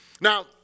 Now